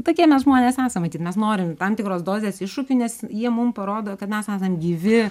tokie mes žmonės esam matyt mes norim tam tikros dozės iššūkių nes jie mum parodo kad mes esam gyvi